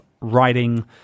writing